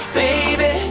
baby